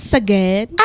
again